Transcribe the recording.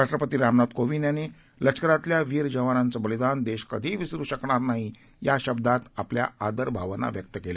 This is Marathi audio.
राष्ट्रपती रामनाथ कोविंद यांनी लष्करातल्या वीर जवानाचं बलिदान देश कधीही विसरू शकणार नाही या शब्दात आपल्या आदर भावना व्यक्त केल्या